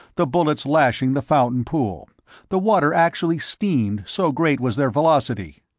the bullets lashing the fountain pool the water actually steamed, so great was their velocity.